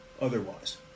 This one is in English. otherwise